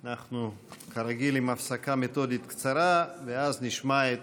אנחנו, כרגיל, עם הפסקה מתודית קצרה, ואז נשמע את